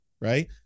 Right